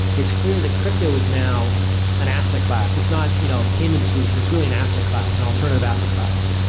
it's clear that crypto is now an asset class. it's not you know a payment solution. it's really an asset class, an and alternative asset class.